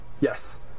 yes